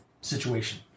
situation